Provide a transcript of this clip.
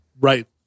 right